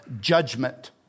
judgment